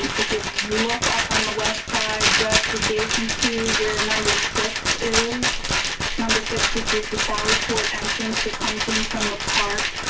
if you look up on the left side just to jason to where number six is number six, which is the sally port entrance that comes in from the park.